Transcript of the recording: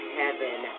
heaven